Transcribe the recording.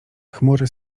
chmury